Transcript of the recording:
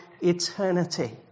eternity